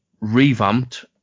revamped